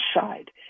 side